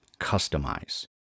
customize